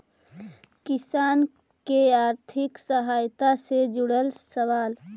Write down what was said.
किसान के आर्थिक सहायता से जुड़ल सवाल?